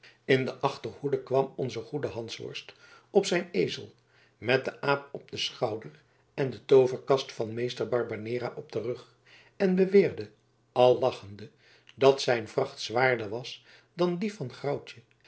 in de achterhoede kwam onze goede hansworst op zijn ezel met den aap op den schouder en de tooverkast van meester barbanera op den rug en beweerde al lachende dat zijn vracht zwaarder was dan die van